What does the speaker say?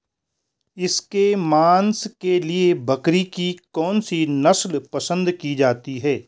इसके मांस के लिए बकरी की कौन सी नस्ल पसंद की जाती है?